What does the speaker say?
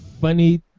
funny